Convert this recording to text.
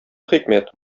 хикмәт